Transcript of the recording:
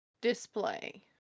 display